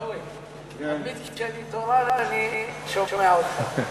עיסאווי, תמיד כשאני תורן אני שומע אותך.